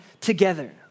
together